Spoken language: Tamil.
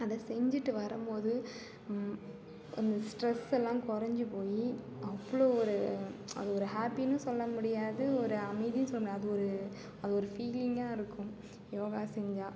அதை செஞ்சுட்டு வரும்போது அந்த ஸ்ட்ரெஸெல்லாம் கொறஞ்சு போய் அவ்வளோ ஒரு அது ஒரு ஹாப்பின்னு சொல்ல முடியாது ஒரு அமைதியும் சொல்ல அது ஒரு அது ஒரு ஃபீலிங்காக இருக்கும் யோகா செஞ்சால்